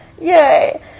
Yay